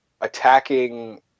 attacking